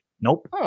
Nope